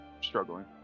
struggling